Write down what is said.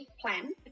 plan